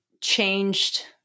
changed